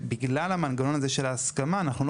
בגלל המנגנון הזה של ההסכמה אנחנו לא